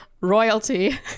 royalty